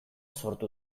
sortu